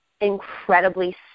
incredibly